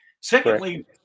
Secondly